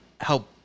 help